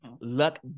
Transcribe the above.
Luck